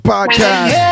Podcast